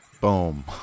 Boom